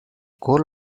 goal